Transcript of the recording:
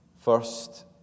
First